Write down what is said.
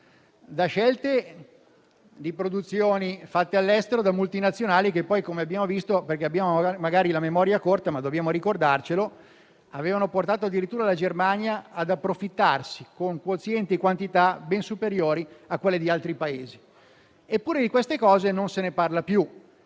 da scelte di produzioni fatte all'estero da multinazionali che poi, come abbiamo visto - magari abbiamo la memoria corta, ma dobbiamo ricordarcelo - avevano portato addirittura la Germania ad approfittarsi con quozienti e quantità ben superiori a quelle di altri Paesi. Eppure, di queste cose non si parla più,